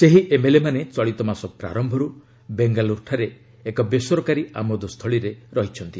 ସେହି ଏମ୍ଏଲ୍ଏମାନେ ଚଳିତ ମାସ ପ୍ରାର୍ୟରୁ ବେଙ୍ଗାଲୁରୁରେ ଏକ ବେସରକାରୀ ଆମୋଦସ୍ଥଳୀରେ ରହିଛନ୍ତି